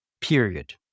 period